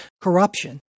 corruption